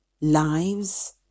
lives